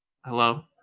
Hello